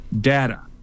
data